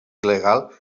il·legal